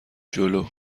جلو